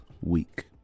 week